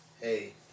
hey